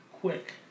quick